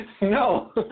No